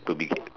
to be